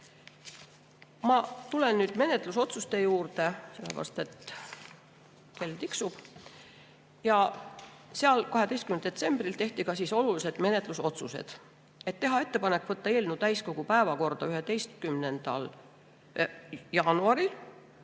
tulen nüüd menetlusotsuste juurde, sellepärast et kell tiksub. Seal 12. detsembril tehti ka olulised menetlusotsused: teha ettepanek võtta eelnõu täiskogu päevakorda 11. jaanuaril